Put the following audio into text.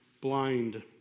blind